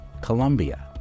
Colombia